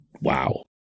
wow